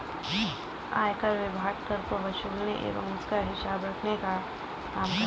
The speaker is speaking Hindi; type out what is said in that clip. आयकर विभाग कर को वसूलने एवं उसका हिसाब रखने का काम करता है